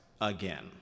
again